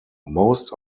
most